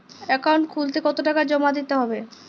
Account খুলতে কতো টাকা জমা দিতে হবে?